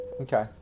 Okay